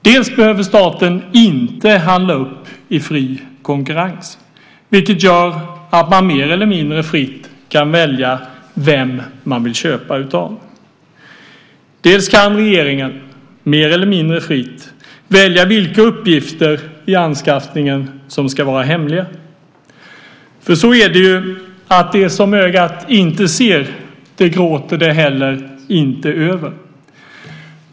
Staten behöver inte handla upp i fri konkurrens, vilket gör att man mer eller mindre fritt kan välja vem man vill köpa av. Regeringen kan också mer eller mindre fritt välja vilka uppgifter i anskaffningen som ska vara hemliga. Det som ögat inte ser gråter det ju inte heller över.